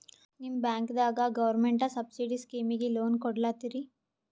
ನಿಮ ಬ್ಯಾಂಕದಾಗ government subsidy ಸ್ಕೀಮಿಗಿ ಲೊನ ಕೊಡ್ಲತ್ತೀರಿ?